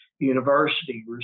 university